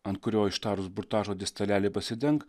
ant kurio ištarus burtažodį staleli pasidenk